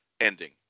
ending